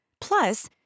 Plus